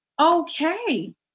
okay